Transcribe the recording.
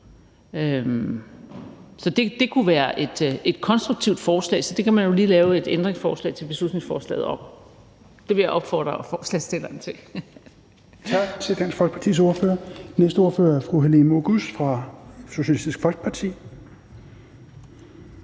Så det kunne være et konstruktivt forslag, og det kunne man jo lige lave et ændringsforslag til beslutningsforslaget om; det vil jeg opfordre forslagsstillerne til.